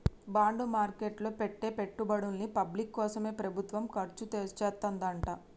bond market లో పెట్టే పెట్టుబడుల్ని పబ్లిక్ కోసమే ప్రభుత్వం ఖర్చుచేత్తదంట